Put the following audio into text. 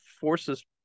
forces